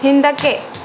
ಹಿಂದಕ್ಕೆ